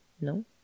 No